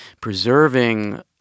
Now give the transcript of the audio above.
preserving